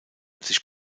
sich